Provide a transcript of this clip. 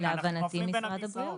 להבנתי משרד הבריאות.